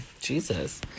jesus